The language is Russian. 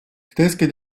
китайская